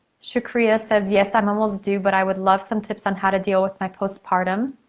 sha-cria says yes, i'm almost due but i would love some tips on how to deal with my post-partum,